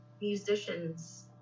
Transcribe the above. musicians